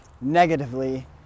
negatively